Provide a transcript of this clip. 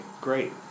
great